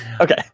Okay